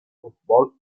football